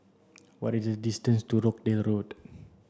what is the distance to Rochdale Road